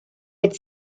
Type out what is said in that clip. with